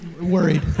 worried